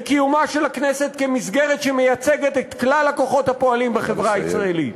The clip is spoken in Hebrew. לקיומה של הכנסת כמסגרת שמייצגת את כלל הכוחות הפועלים בחברה הישראלית?